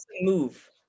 Move